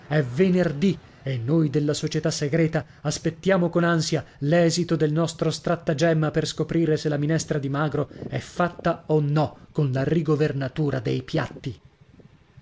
venerdì e noi della società segreta aspettiamo con ansia l'esito del nostro strattagemma per scoprire se la minestra di magro è fatta o no con la rigovernatura dei piatti